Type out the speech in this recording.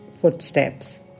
footsteps